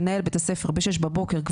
מנהל בית הספר ב-6:00 בבוקר,